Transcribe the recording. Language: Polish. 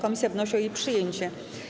Komisja wnosi o jej przyjęcie.